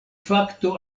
fakto